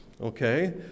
okay